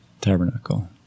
Tabernacle